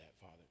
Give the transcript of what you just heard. Father